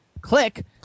click